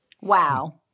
Wow